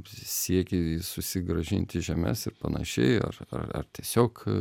siekiai susigrąžinti žemes ir panašiai ar ar ar tiesiog